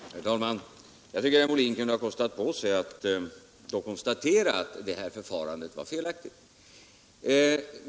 Herr talman! Jag tycker att herr Molin kunde ha kostat på sig att konstatera att det här förfarandet var felaktigt.